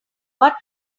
but